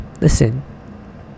listen